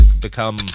become